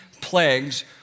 plagues